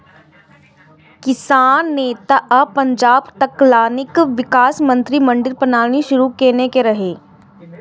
किसान नेता आ पंजाबक तत्कालीन विकास मंत्री मंडी प्रणाली शुरू केने रहै